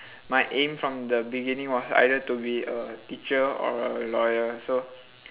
my aim from the beginning was either to be a teacher or a lawyer so